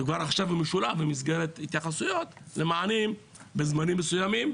וכבר עכשיו הוא משולב במסגרת התייחסויות למענים בזמנים מסוימים,